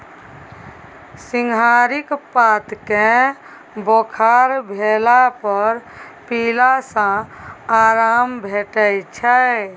सिंहारिक पात केँ बोखार भेला पर पीला सँ आराम भेटै छै